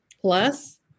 Plus